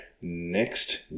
next